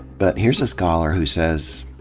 but here's a scholar who says,